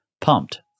pumped